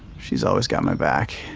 she's always got my back.